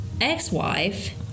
ex-wife